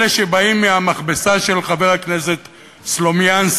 אלה שבאים מהמכבסה של חבר הכנסת סלומינסקי,